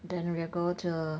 then we'll go to